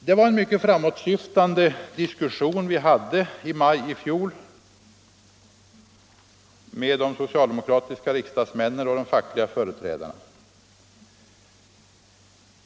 Det var en mycket framåtsyftande diskussion som jag sålunda hade med socialdemokratiska riksdagsmän och fackliga representanter.